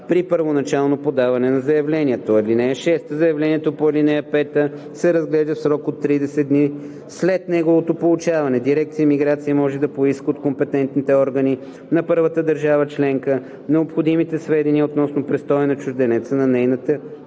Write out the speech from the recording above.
при първоначално подаване на заявлението. (6) Заявлението по ал. 5 се разглежда в срок от 30 дни след неговото получаване. Дирекция „Миграция“ може да поиска от компетентните органи на първата държава членка необходимите сведения относно престоя на чужденеца на нейната